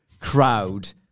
crowd